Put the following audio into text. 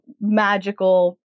magical